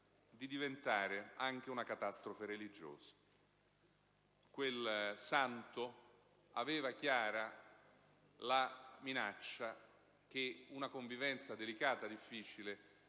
di diventare anche una catastrofe religiosa». Quel santo aveva chiara la percezione della minaccia che una convivenza delicata e difficile,